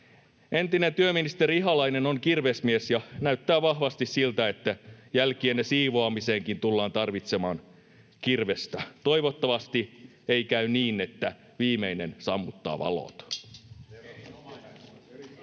Entinen työministeri Ihalainen on kirvesmies, ja näyttää vahvasti siltä, että jälkienne siivoamiseenkin tullaan tarvitsemaan kirvestä. Toivottavasti ei käy niin, että viimeinen sammuttaa valot.